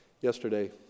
Yesterday